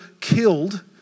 killed